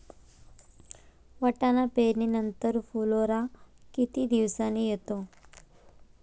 वाटाणा पेरणी नंतर फुलोरा किती दिवसांनी येतो?